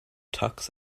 tux